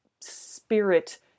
spirit